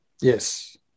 yes